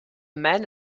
man